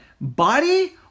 body